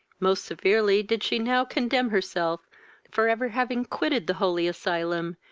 most severely did she now condemn herself for every having quitted the holy asylum,